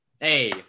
Hey